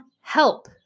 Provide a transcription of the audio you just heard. help